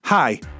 Hi